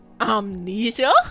Amnesia